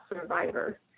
survivor